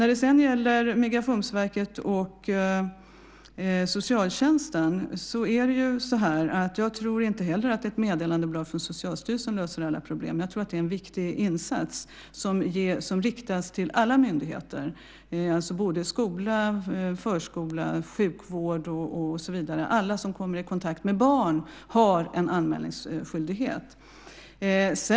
När det gäller Migrationsverket och socialtjänsten tror inte heller jag att ett meddelandeblad från Socialstyrelsen löser alla problem. Jag tror att det är en viktig insats, som riktas till alla myndigheter, alltså både skola, förskola, sjukvård och så vidare. Alla som kommer i kontakt med barn har en anmälningsskyldighet.